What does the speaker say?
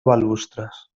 balustres